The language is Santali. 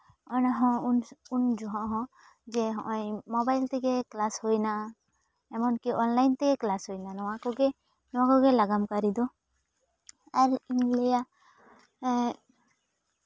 ᱚᱱᱟ ᱦᱚᱸ ᱩᱱ ᱡᱚᱦᱚᱜ ᱦᱚᱸ ᱡᱮ ᱱᱚᱜᱼᱚᱭ ᱢᱳᱵᱟᱭᱤᱞ ᱛᱮᱜᱮ ᱠᱞᱟᱥ ᱦᱩᱭᱱᱟ ᱮᱢᱚᱱ ᱠᱤ ᱚᱱᱞᱟᱭᱤᱱ ᱛᱮ ᱠᱞᱟᱥ ᱦᱩᱭᱱᱟ ᱱᱚᱣᱟ ᱠᱚᱜᱮ ᱱᱚᱣᱟ ᱠᱚᱜᱮ ᱞᱟᱜᱟᱱ ᱠᱟᱹᱨᱤ ᱫᱚ ᱟᱨ ᱤᱧ ᱞᱟᱹᱭᱟ